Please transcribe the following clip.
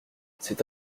c’est